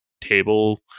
table